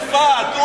לצרפת.